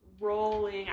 rolling